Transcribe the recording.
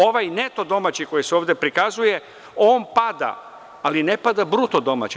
Ovaj neto domaći koji se ovde prikazuje pada, ali ne pada bruto domaći.